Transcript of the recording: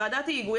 בוועדת ההיגוי,